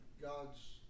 God's